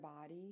body